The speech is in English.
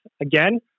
Again